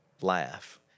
laugh